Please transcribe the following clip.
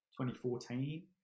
2014